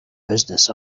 business